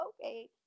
Okay